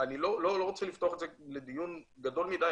לא רוצה לפתוח את זה לדיון גדול מידי,